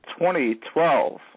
2012